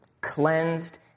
cleansed